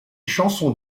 chansons